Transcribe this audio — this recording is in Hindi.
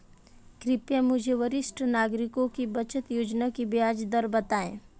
कृपया मुझे वरिष्ठ नागरिकों की बचत योजना की ब्याज दर बताएं